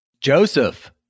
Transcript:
Joseph